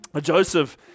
joseph